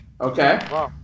Okay